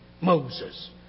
Moses